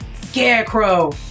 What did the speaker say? Scarecrow